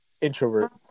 Introvert